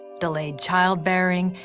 delayed childbearing,